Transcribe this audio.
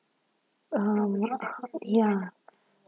um ya